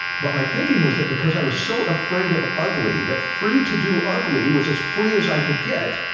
but my thinking was that because i was so afraid of ugly that free to do ugly was as free as i could get.